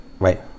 Right